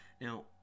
Now